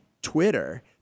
twitter